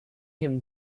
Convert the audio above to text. him